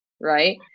right